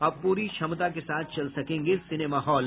अब पूरी क्षमता के साथ चल सकेंगे सिनेमा हॉल